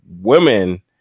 women